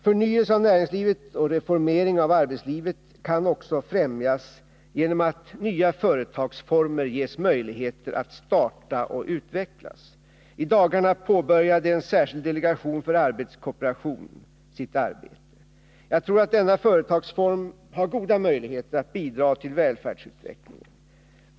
Förnyelse av näringslivet och reformering av arbetslivet kan också främjas genom att nya företagsformer ges möjligheter att starta och utvecklas. I dagarna påbörjade en särskild delegation för arbetskooperation sitt arbete. Jag tror att denna företagsform har goda möjligheter att bidra till välfärdsutvecklingen.